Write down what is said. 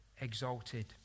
exalted